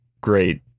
great